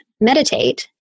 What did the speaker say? meditate